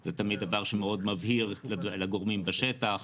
זה תמיד דבר שמאוד מבהיר לגורמים בשטח,